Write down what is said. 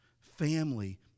Family